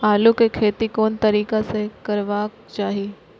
आलु के खेती कोन तरीका से करबाक चाही?